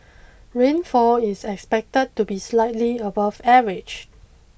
rainfall is expected to be slightly above average